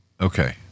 Okay